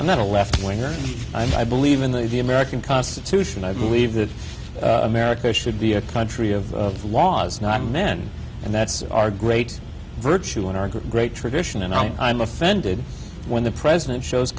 i'm not a left winger i believe in the american constitution i believe that america should be a country of laws not men and that's our great virtue and our great tradition and i'm offended when the president shows